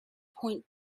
point